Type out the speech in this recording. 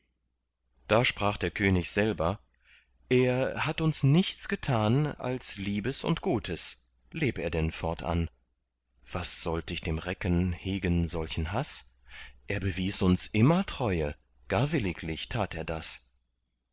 da sprach der könig selber er hat uns nichts getan als liebes und gutes leb er denn fortan was sollt ich dem recken hegen solchen haß er bewies uns immer treue gar williglich tat er das